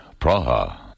Praha